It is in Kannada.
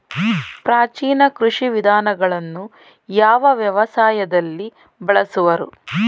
ಪ್ರಾಚೀನ ಕೃಷಿ ವಿಧಾನಗಳನ್ನು ಯಾವ ವ್ಯವಸಾಯದಲ್ಲಿ ಬಳಸುವರು?